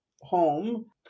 home